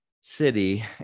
city